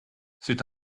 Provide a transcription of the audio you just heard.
c’est